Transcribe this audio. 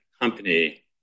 company